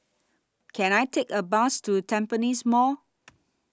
Can I Take A Bus to Tampines Mall